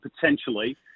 potentially